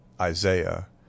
Isaiah